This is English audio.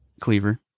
Cleaver